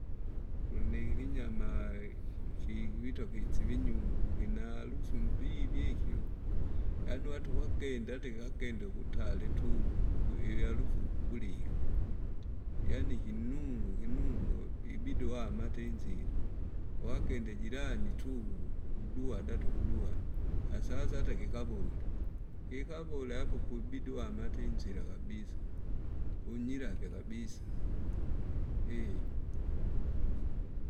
Kulinikikinyama iki- ikikwito kusivi nyungu kina harufu mbivi mbivi ikyo, yaani wato ugwakenda ata ikakenda ukutale tu uiarufu upulika. Yaaani kinunga kinunga uwebiibidi uhama ata inzira, wakende jirani tu, uduada tu ukuduada, hasa hasa ata kikavule, kikavula apo poibidi uame atainzira kabisa, unyirakya kabisa.